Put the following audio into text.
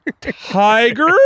Tiger